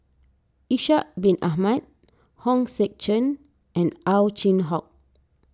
Ishak Bin Ahmad Hong Sek Chern and Ow Chin Hock